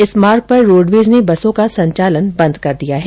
इस मार्ग पर रोडवेज ने बसों का संचालन बंद कर दिया है